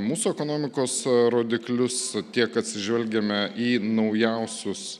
mūsų ekonomikos rodiklius tiek atsižvelgiame į naujausius